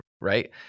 right